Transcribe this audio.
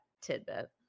tidbit